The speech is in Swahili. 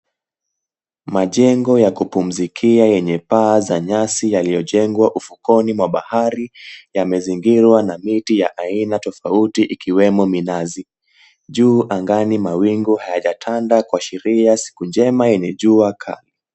Majengo ya kupumzikia yenye paa za nyasi yaliyojengwa ufukoni mwa bahari yamezingirwa na miti ya aina tofauti ikiwemo minazi. Juu angani mawingu hayajatanda kuashiria siku njema yenye jua kali.